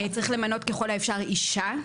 צריך למנות ככל האפשר אישה,